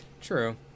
True